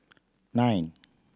nine